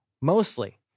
Mostly